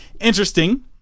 interesting